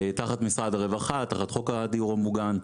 תחת משרד הרווחה, תחת חוק הדיור המוגן.